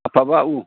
ꯑꯐꯕ ꯎ